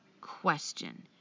Question